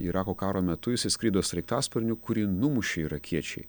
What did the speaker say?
irako karo metu jisai skrido sraigtasparniu kurį numušė irakiečiai